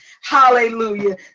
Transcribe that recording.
hallelujah